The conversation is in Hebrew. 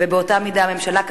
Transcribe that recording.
ובאותה מידה הממשלה,